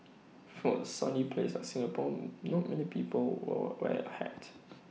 for A sunny place like Singapore not many people were wear A hat